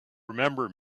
remember